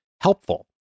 helpful